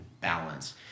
balance